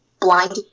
blind